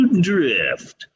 Drift